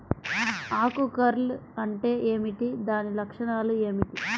ఆకు కర్ల్ అంటే ఏమిటి? దాని లక్షణాలు ఏమిటి?